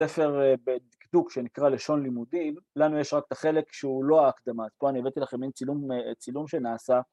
‫בספר בדקדוק שנקרא לשון לימודים, ‫לנו יש רק את החלק שהוא לא הקדמה. ‫פה אני הבאתי לכם מן צילום שנעשה.